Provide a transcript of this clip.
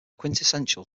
quintessential